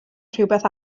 rhywbeth